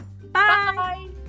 Bye